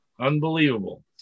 Unbelievable